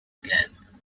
again